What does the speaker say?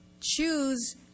choose